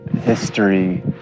history